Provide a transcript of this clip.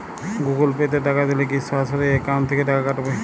Google pay তে টাকা দিলে কি সরাসরি অ্যাকাউন্ট থেকে টাকা কাটাবে?